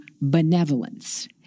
benevolence